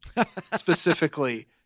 specifically